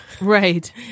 Right